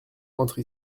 entre